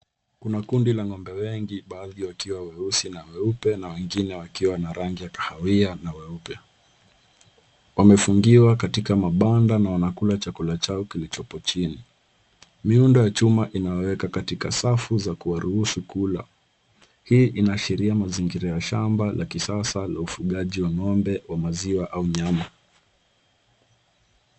Kuna kundi la ngombe wengi baadhi wakiwa weusi na weupe na wengine wakiwa na rangi ya kahawia na weupe. Wamefungiwa katika mabanda na wanakula chakula chao kilichopo chini. Miundo ya chuma inawaweka katika safu za kuwaruhusu kula. Hii inaashiria mazingira ya shamba la kisasa la ufugaji wa ngombe wa maziwa au nyama